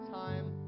time